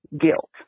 guilt